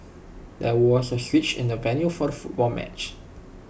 there was A switch in the venue for the football match